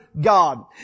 God